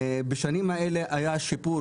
בשנים האלה היה שיפור,